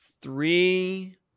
three